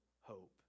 hope